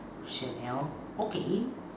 Chanel okay